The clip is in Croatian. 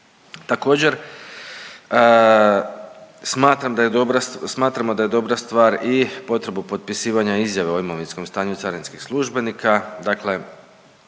dobra, smatramo da je dobra stvar i potrebu potpisivanja izjave o imovinskom stanju carinskih službenika,